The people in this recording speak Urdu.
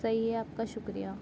صحیح ہے آپ کا شکریہ